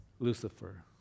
lucifer